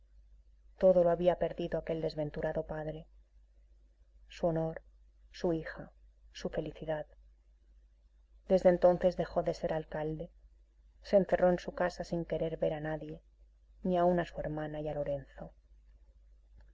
todo lo había perdido aquel desventurado padre su honor su hija su felicidad desde entonces dejó de ser alcalde se encerró en su casa sin querer ver a nadie ni aun a su hermana y a lorenzo